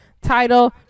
title